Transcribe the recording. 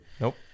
Nope